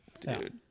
Dude